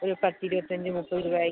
ഒരു പത്തിരുപത്തഞ്ച് മുപ്പത് രൂപായാകും